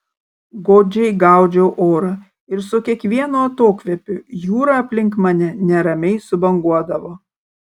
godžiai gaudžiau orą ir su kiekvienu atokvėpiu jūra aplink mane neramiai subanguodavo